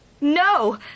No